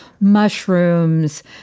mushrooms